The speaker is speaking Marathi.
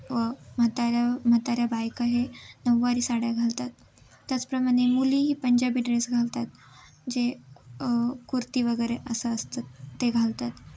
व म्हाताऱ्या म्हाताऱ्या बायका हे नऊवारी साड्या घालतात त्याचप्रमाणे मुली ही पंजाबी ड्रेस घालतात जे कुर्ती वगैरे असं असतात ते घालतात